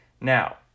Now